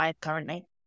currently